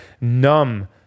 numb